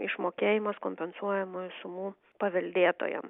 išmokėjimas kompensuojamų sumų paveldėtojam